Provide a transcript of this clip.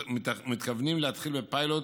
ומתכוונים להתחיל בפיילוט